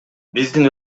биздин